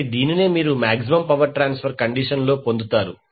కాబట్టి దీనినే మీరు మాక్సిమం పవర్ ట్రాన్స్ఫర్ కండిషన్ లో పొందుతారు